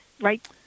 right